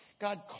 God